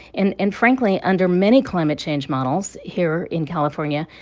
and and frankly, under many climate change models here in california,